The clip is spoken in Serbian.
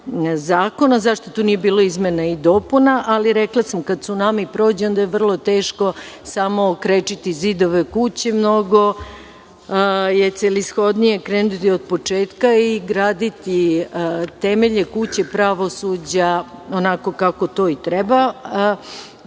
zakona, zašto tu nije bilo izmena i dopuna. Ali, rekla sam, kada cunami prođe, onda je vrlo teško samo krečiti zidove kuće, mnogo je celishodnije krenuti od početka i graditi temelje kuće pravosuđa onako kako to i treba. Do